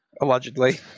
Allegedly